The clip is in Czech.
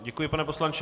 Děkuji, pane poslanče.